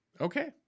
Okay